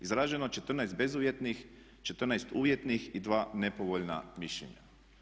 Izraženo 14 bezuvjetnih, 14 uvjetnih i 2 nepovoljna mišljenja.